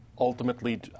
Ultimately